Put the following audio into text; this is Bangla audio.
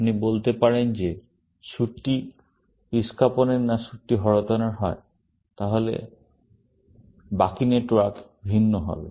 আপনি বলতে পারেন যে স্যুটটি ইস্কাপনের বা স্যুটটি হরতনের হয় তাহলে বাকি নেটওয়ার্ক ভিন্ন হবে